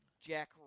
Jack